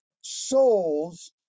souls